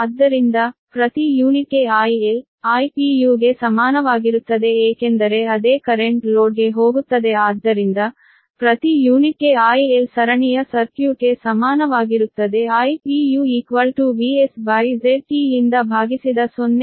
ಆದ್ದರಿಂದ ಪ್ರತಿ ಯೂನಿಟ್ಗೆ IL I ಗೆ ಸಮಾನವಾಗಿರುತ್ತದೆ ಏಕೆಂದರೆ ಅದೇ ಕರೆಂಟ್ ಲೋಡ್ಗೆ ಹೋಗುತ್ತದೆ ಆದ್ದರಿಂದ ಪ್ರತಿ ಯೂನಿಟ್ಗೆ IL ಸರಣಿಯ ಸರ್ಕ್ಯೂಟ್ಗೆ ಸಮಾನವಾಗಿರುತ್ತದೆ I ಯಿಂದ ಭಾಗಿಸಿದ 0